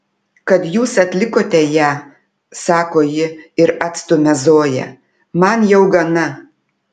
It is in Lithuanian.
kad jūs atlikote ją sako ji ir atstumia zoją man jau gana